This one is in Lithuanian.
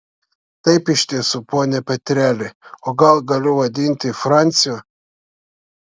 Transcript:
taip iš tiesų pone petreli o gal galiu vadinti franciu